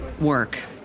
work